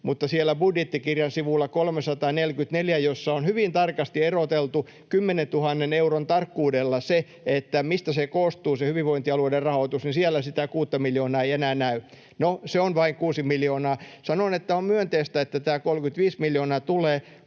mutta siellä budjettikirjan sivulla 344, jossa on hyvin tarkasti eroteltu 10 000 euron tarkkuudella se, mistä se hyvinvointialueiden rahoitus koostuu, sitä kuutta miljoonaa ei enää näy. No, se on vain kuusi miljoonaa. Sanon, että on myönteistä, että tämä 35 miljoonaa tulee,